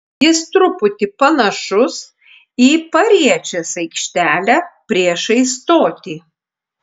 jis truputį panašus į pariečės aikštelę priešais stotį